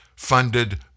funded